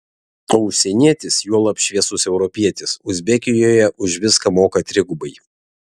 o užsienietis juolab šviesus europietis uzbekijoje už viską moka trigubai